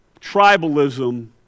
tribalism